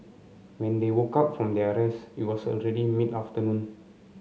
when they woke up from their rests it was already mid afternoon